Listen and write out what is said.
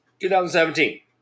2017